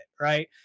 right